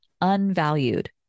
unvalued